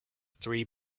three